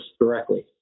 directly